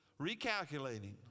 recalculating